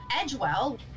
Edgewell